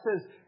says